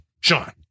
Sean